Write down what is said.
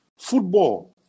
Football